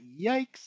yikes